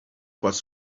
was